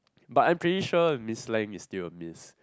but I'm pretty sure Miss Lam is still a miss